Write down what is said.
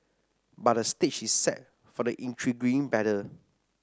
but the stage is set for an intriguing battle